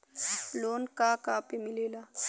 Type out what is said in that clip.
Loan का का पे मिलेला?